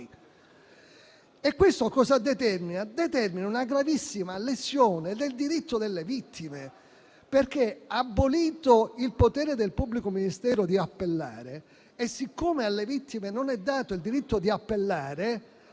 Questo determina una gravissima lesione del diritto delle vittime. Abolito il potere del pubblico ministero di appellare e siccome alle vittime non è dato il diritto di appellare,